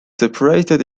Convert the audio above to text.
separated